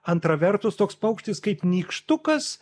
antra vertus toks paukštis kaip nykštukas